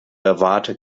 erwarte